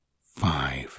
five